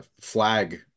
flag